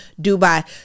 dubai